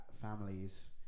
families